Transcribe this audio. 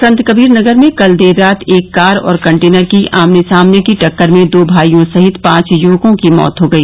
संतकबीर नगर में कल देर रात एक कार और कंटेनर की आमने सामने की टक्कर में दो भाइयों सहित पांच युवकों की मौत हो गई